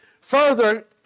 further